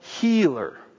healer